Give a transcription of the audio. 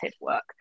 work